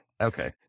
Okay